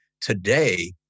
today